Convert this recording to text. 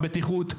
בטיחות,